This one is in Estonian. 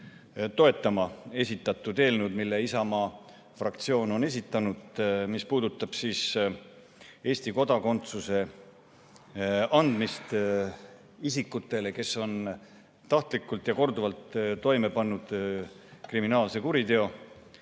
toetama eelnõu, mille Isamaa fraktsioon on esitanud ja mis puudutab Eesti kodakondsuse andmist isikutele, kes on tahtlikult ja korduvalt toime pannud kriminaalkuriteo.